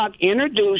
introduced